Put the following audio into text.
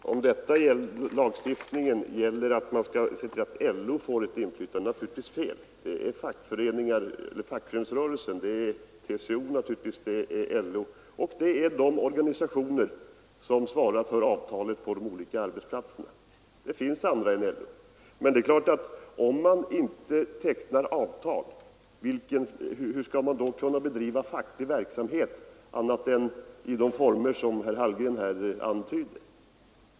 Herr talman! Den som tror att lagstiftningen syftar till att ge LO inflytande har fel. Lagen omfattar förtroendemän från hela fackföreningsrörelsen — TCO, LO, ja, alla de organisationer som svarar för avtalen på de olika arbetsplatserna. Om man inte tecknar avtal, hur skall man då kunna bedriva facklig verksamhet annat än i de former som herr Hallgren antydde?